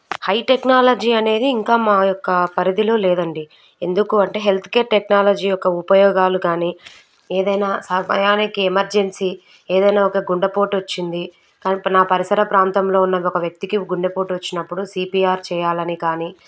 high technology అనేది ఇంకా మా యొక్క పరిధిలో లేదండీ ఎందుకు అంటే హెల్త్కేర్ టెక్నాలజీ యొక్క ఉపయోగాలు కానీ ఏదైనా సమయానికి ఎమర్జన్సీ ఏదైనా ఒక గుండెపోటొచ్చింది కానీ పరిసర ప్రాంతంలో ఉన్న ఒక వ్యక్తికి గుండెపోటు వచ్చినప్పుడు సీపీఆర్ చెయ్యాలని కానీ